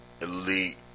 elite